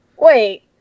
Wait